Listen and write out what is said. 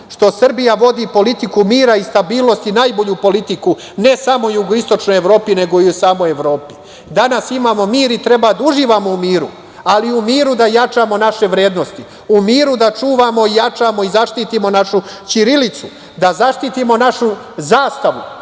što Srbija vodi politiku mira i stabilnosti, najbolju politiku, ne samo u jugoistočnoj Evropi, nego i u samoj Evropi. Danas imamo mir i treba da uživamo u miru, ali u miru da jačamo naše vrednosti. U miru da čuvamo i jačamo i zaštitimo našu ćirilicu, da zaštitimo našu zastavu,